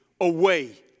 away